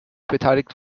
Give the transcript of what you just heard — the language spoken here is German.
beteiligt